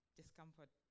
discomfort